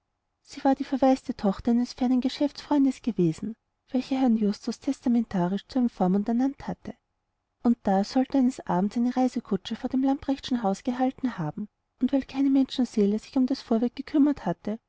sie war die verwaiste tochter eines fernen geschäftsfreundes gewesen welcher herrn justus testamentarisch zu ihrem vormund ernannt hatte und da sollte eines abends eine reisekutsche vor dem lamprechtschen hause gehalten haben und weil keine menschenseele sich um das fuhrwerk gekümmert hatte